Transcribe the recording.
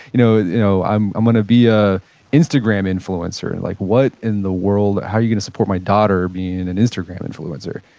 you know you know i'm i'm going to be an ah instagram influencer. like what in the world? how are you going to support my daughter being an an instagram influencer?